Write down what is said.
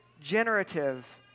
generative